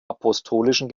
apostolischen